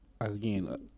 again